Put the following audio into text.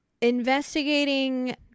investigating